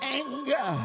anger